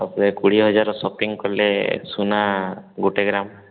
ପ୍ରାୟ କୋଡ଼ିଏ ହଜାରର ସପିଂ କଲେ ସୁନା ଗୋଟେ ଗ୍ରାମ୍